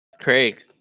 Craig